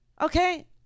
Okay